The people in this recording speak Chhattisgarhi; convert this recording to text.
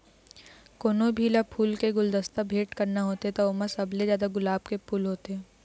कोनो भी ल फूल के गुलदस्ता भेट करना होथे त ओमा सबले जादा गुलाब के फूल होथे